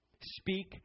speak